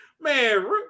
man